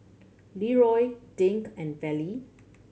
Leeroy Dink and Levy